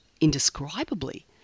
indescribably